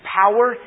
power